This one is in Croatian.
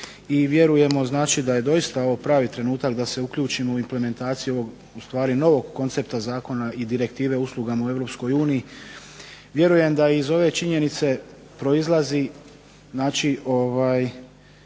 i vjerujemo znači da je doista ovo pravi trenutak da se uključimo u implementaciju ovog ustvari novog koncepta zakona i direktive uslugama u Europskoj uniji. Vjerujem da iz ove činjenice proizlazi znači